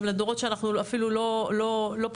שגם לדורות שאנחנו אפילו לא פוגשים.